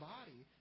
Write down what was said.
body